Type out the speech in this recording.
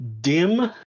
dim